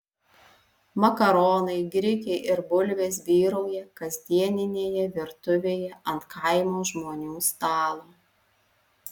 makaronai grikiai ir bulvės vyrauja kasdieninėje virtuvėje ant kaimo žmonių stalo